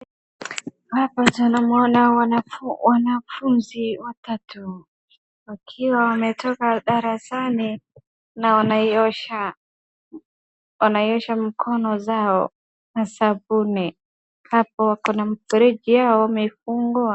Hapa tunamuona wanafunzi watatu wakiwa wametoka darasani na wanaiosha mikono zao na sabuni. Hapo kuna mfereji yao wamefungua.